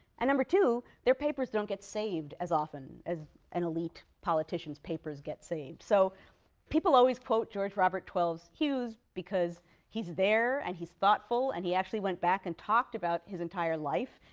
and number two, their papers don't get saved as often as an elite politician's papers get saved. so people always quote george robert twelves hughes because he's there and he's thoughtful and he actually went back and talked about his entire life,